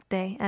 Day